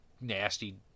nasty